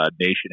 Nation